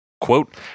Quote